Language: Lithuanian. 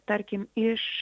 tarkim iš